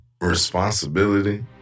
responsibility